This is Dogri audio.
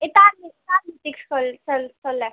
एह् धार्मिक धार्मि स्थल स्थल स्थल ऐ